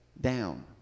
down